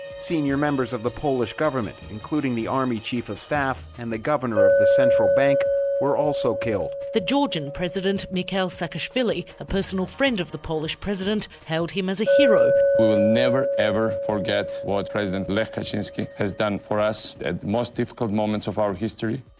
senior members of the polish government including the army chief of staff and the governor of the central bank were also killed. the georgian president, mikhail saakashvili, a personal friend of the polish president, held him as a hero. we'll never ever forget what president lech kaczynski has done for us at the most difficult moments of our history.